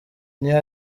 new